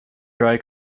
dry